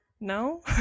No